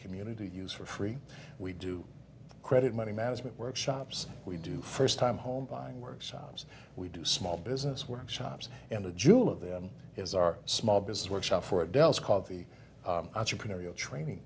community to use for free we do credit money management workshops we do first time home buying workshops we do small business workshops and the jewel of them is our small business workshop for adelle's called the entrepreneurial training